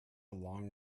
long